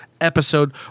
episode